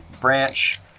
branch